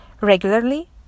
regularly